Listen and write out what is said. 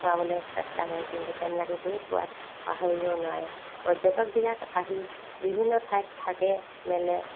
খোৱাবলৈ চেষ্টা কৰে কিন্তু তেওঁবিলাকে সেই সোৱাদ পাহৰিব নোৱাৰে পৰ্যটকবিলাক আহি বিভিন্ন ঠাইত থাকে মেলে